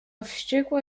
wściekła